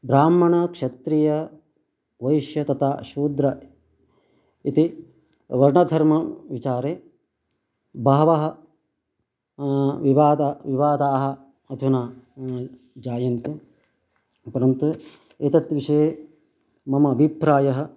ब्राह्मणक्षत्रीयवैश्य तथा शूद्र इति वर्णधर्मविचारे बहवः विवादः विवादाः अधुना जायन्ते परन्तु एतत् विषये मम अभिप्रायः